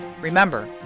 Remember